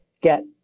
get